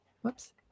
whoops